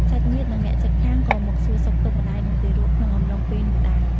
សាច់ញាតិ និងអ្នកជិតខាងក៏មកសួរសុខទុក្ខម្ដាយ និងទារកក្នុងអំឡុងពេលនោះដែរ។